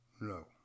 No